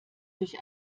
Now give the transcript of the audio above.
durch